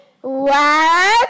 One